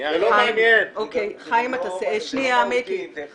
זה לא מהותי כמה זה.